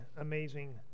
amazing